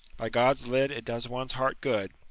by god's lid, it does one's heart good.